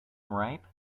ripe